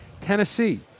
Tennessee